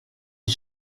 est